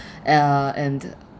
uh and